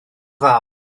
dda